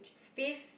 fifth